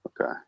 Okay